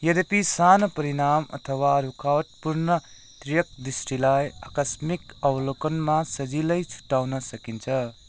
यद्यपि सानो परिमाण अथवा रुकावटपूर्ण तिर्यकदृष्टीलाई आकस्मिक अवलोकनमा सजिलै छुटाउन सकिन्छ